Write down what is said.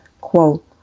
Quote